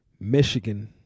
Michigan